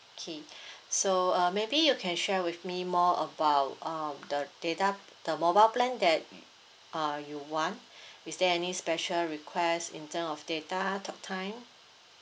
okay so uh maybe you can share with me more about um the data the mobile plan that uh you want is there any special request in term of data talk time